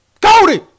Cody